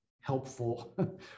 helpful